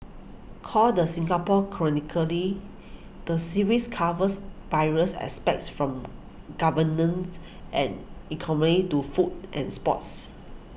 called the Singapore chronically the series covers various aspects from governance and economy to food and sports